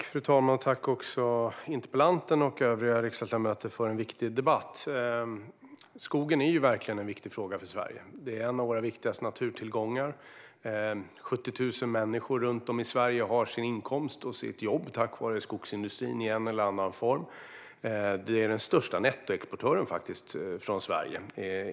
Fru talman! Jag tackar interpellanten och övriga riksdagsledamöter för en viktig debatt. Skogen är verkligen en viktig fråga för Sverige. Den är en av våra viktigaste naturtillgångar. 70 000 människor runt om i Sverige har inkomst och jobb i en eller annan form tack vare skogsindustrin. Skogen är faktiskt den största nettoexportören från Sverige.